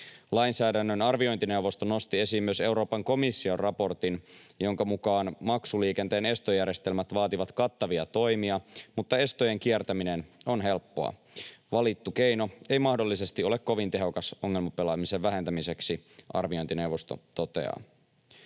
Lainsäädännön arviointineuvosto nosti esiin myös Euroopan komission raportin, jonka mukaan maksuliikenteen estojärjestelmät vaativat kattavia toimia, mutta estojen kiertäminen on helppoa. ”Valittu keino ei mahdollisesti ole kovin tehokas ongelmapelaamisen vähentämiseksi”, arviointineuvosto toteaa.